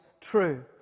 true